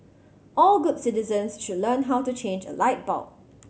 all good citizens should learn how to change a light bulb